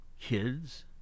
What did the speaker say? Kids